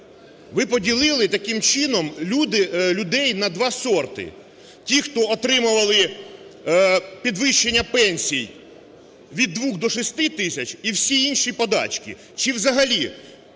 Ви поділили таким чином людей на 2 сорти: ті, хто отримували підвищення пенсій від 2 до 6 тисяч, і всі інші -подачки, чи взагалі